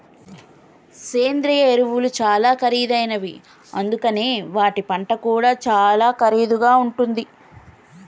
సేంద్రియ ఎరువులు చాలా ఖరీదైనవి అందుకనే వాటి పంట కూడా చాలా ఖరీదుగా ఉంటుంది